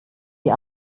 die